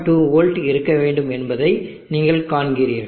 2 volt இருக்க வேண்டும் என்பதை நீங்கள் காண்கிறீர்கள்